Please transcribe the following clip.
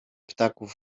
ptaków